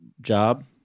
job